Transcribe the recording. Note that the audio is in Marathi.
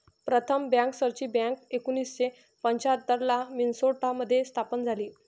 प्रथम बँकर्सची बँक एकोणीसशे पंच्याहत्तर ला मिन्सोटा मध्ये स्थापन झाली